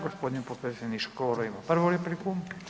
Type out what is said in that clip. Gospodin potpredsjednik Škoro ima prvu repliku.